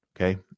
Okay